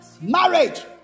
marriage